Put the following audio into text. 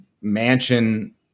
mansion